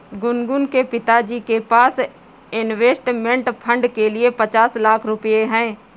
गुनगुन के पिताजी के पास इंवेस्टमेंट फ़ंड के लिए पचास लाख रुपए है